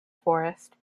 forest